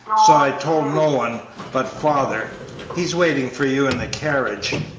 so i told no one but father he's waiting for you in the carriage.